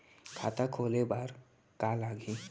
खाता खोले बार का का लागही?